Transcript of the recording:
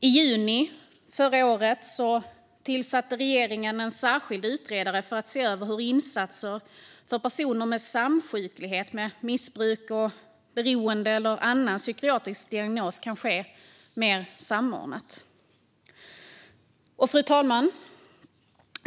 I juni förra året tillsatte regeringen en särskild utredare för att se över hur insatser för personer med samsjuklighet med missbruk och beroende och annan psykiatrisk diagnos kan ske mer samordnat. Fru talman!